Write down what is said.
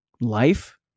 life